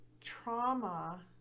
trauma